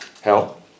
hell